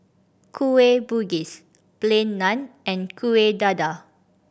Kueh Bugis Plain Naan and Kuih Dadar